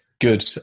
Good